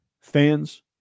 fans